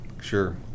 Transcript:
sure